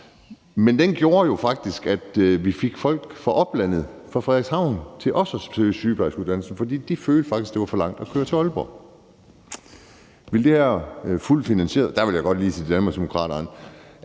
Den gjorde jo faktisk, at vi fik folk fra oplandet, f.eks. fra Frederikshavn, til også at søge sygeplejerskeuddannelsen. For de følte faktisk, at det var for langt at køre til Aalborg. Jeg vil godt lige sige til Danmarksdemokraterne,